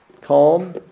calm